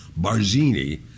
Barzini